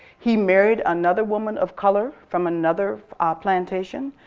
he married another woman of color from another plantation.